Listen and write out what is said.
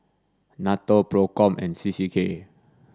NATO PROCOM and C C K